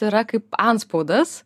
yra kaip antspaudas